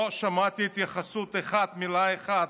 לא שמעתי התייחסות אחת, מילה אחת,